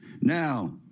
Now